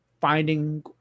finding